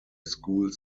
school